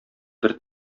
бер